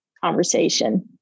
conversation